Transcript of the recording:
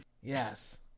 Yes